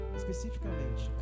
especificamente